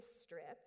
strip